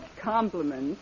compliments